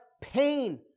Pain